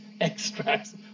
extracts